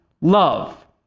love